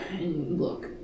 Look